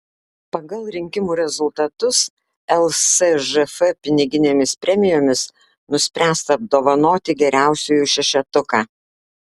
pagal rinkimų rezultatus lsžf piniginėmis premijomis nuspręsta apdovanoti geriausiųjų šešetuką